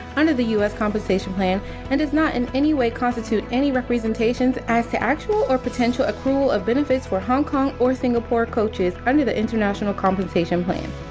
under the u s. compensation plan and does not in any way constitute any representations as to actual or potential accrual of benefits for hong kong or singapore coaches under the international compensation plan.